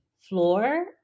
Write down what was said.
floor